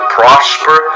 prosper